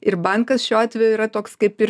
ir bankas šiuo atveju yra toks kaip ir